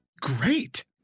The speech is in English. great